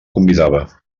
convidava